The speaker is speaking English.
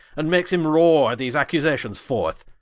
and makes him rore these accusations forth.